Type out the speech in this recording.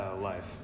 life